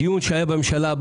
בדיון שהיה בממשלה,